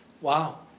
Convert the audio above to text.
Wow